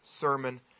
sermon